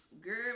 Girl